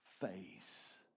face